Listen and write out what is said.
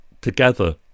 together